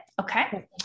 Okay